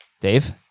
Dave